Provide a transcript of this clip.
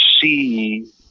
see